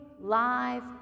live